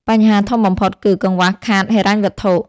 បញ្ហាធំបំផុតគឺ កង្វះខាតហិរញ្ញវត្ថុ។